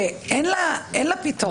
שאין לה פתרון אחר.